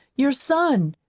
your son.